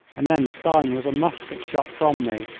and then stein was a musket-shot from me,